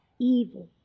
evil